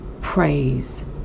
Praise